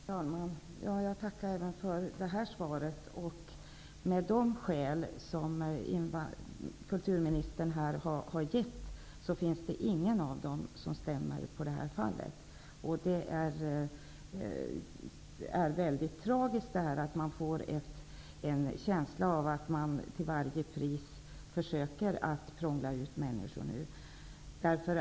Herr talman! Jag tackar även för detta svar. Inget av de skäl som kulturministern här har nämnt stämmer på detta fall. Det är mycket tragiskt. Man får en känsla av att man nu till varje pris försöker att slänga ut människor.